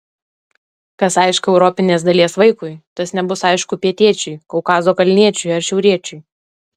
kas aišku europinės dalies vaikui tas nebus aišku pietiečiui kaukazo kalniečiui ar šiauriečiui